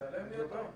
הייתה לי ביקורת,